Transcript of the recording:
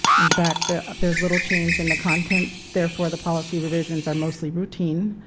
in fact there there is little change in the content therefore the policy revisions are mostly routine,